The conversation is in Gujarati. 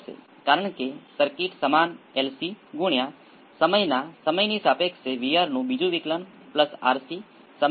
તેથી તે લોગેરીધમ છે જે મારો મતલબ છે કે તે વચ્ચેનો ફેઝ છે મોટા સ્કેલનો અર્થ શું છે 0